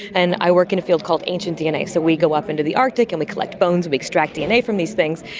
and i work in a field called ancient dna, so we go up into the arctic and we collect bones and we extract dna from these things,